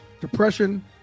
depression